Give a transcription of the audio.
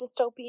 dystopian